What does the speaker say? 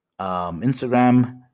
Instagram